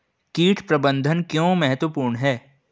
कीट प्रबंधन क्यों महत्वपूर्ण है?